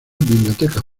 bibliotecas